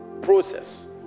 Process